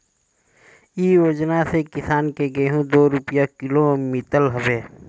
इ योजना से किसान के गेंहू दू रूपिया किलो मितल हवे